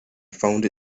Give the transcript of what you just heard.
found